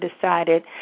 decided